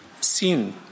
sin